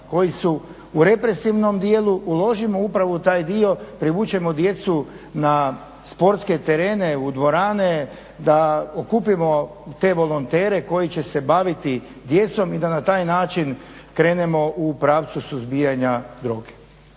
koji su u represivnom dijelu, uložimo upravo u taj dio, privučemo djecu na sportske terene, u dvorane, da okupimo te volontere koji će se baviti djecom i da na taj način krenemo u pravcu suzbijanja droge.